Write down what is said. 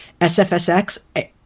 SFSX